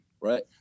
right